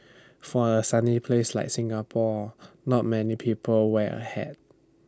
for A sunny place like Singapore not many people wear A hat